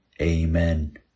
amen